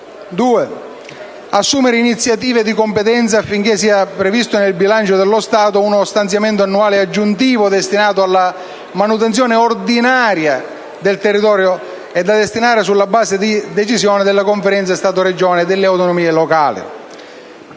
ad assumere iniziative di competenza affinché sia previsto nel bilancio dello Stato uno stanziamento annuale aggiuntivo destinato alla manutenzione ordinaria del territorio e da destinare sulla base delle decisioni della Conferenza Stato-Regioni-autonomie locali;